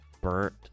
burnt